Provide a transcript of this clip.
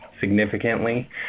significantly